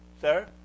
Sir